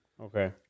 Okay